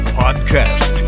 podcast